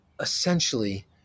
essentially